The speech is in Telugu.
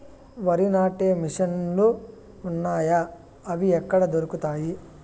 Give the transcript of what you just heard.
వరి నాటే మిషన్ ను లు వున్నాయా? అవి ఎక్కడ దొరుకుతాయి?